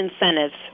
incentives